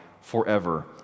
forever